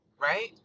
right